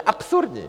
Absurdní!